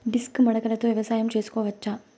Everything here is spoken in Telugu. డిస్క్ మడకలతో వ్యవసాయం చేసుకోవచ్చా??